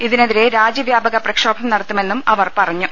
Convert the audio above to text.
ഇതിനെതിരെ രാജ്യ വ്യാപക പ്രക്ഷോഭം നടത്തുമെന്നും അവർ പറഞ്ഞു